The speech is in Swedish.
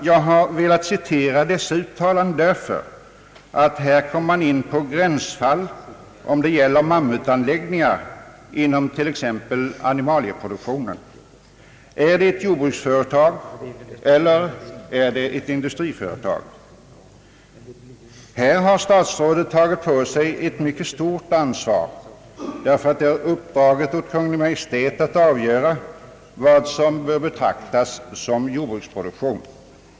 Jag har velat erinra om dessa uttalanden därför att man här kommer in på gränsfall när det gäller mammutanläggningar inom t.ex. animalieproduktionen: Är det ett jordbruksföretag eller är det ett industriföretag? Här har statsrådet tagit på sig ett mycket stort ansvar därför att det är uppdraget åt Kungl. Maj:t att avgöra vad som bör betraktas som jordbruksproduktion.